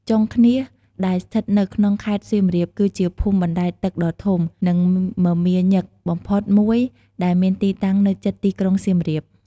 ចុងឃ្នាស ដែលស្ថិតនៅក្នុង ខេត្តសៀមរាប គឺជាភូមិបណ្ដែតទឹកដ៏ធំ និងមមាញឹកបំផុតមួយ ដែលមានទីតាំងនៅជិតទីក្រុងសៀមរាប។